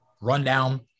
rundown